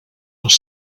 les